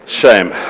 shame